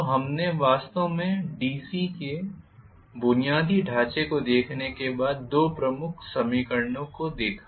तो हमने वास्तव में डीसी के बुनियादी ढांचे को देखने के बाद दो प्रमुख समीकरणों को देखा